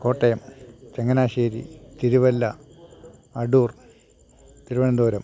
Kottayam Changanassery Thiruvalla Adoor Thiruvananthapuram